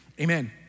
Amen